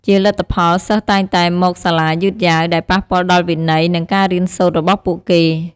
ជាលទ្ធផល សិស្សតែងតែ មកសាលាយឺតយ៉ាវ ដែលប៉ះពាល់ដល់វិន័យ និងការរៀនសូត្ររបស់ពួកគេ។